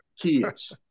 kids